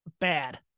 bad